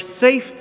safe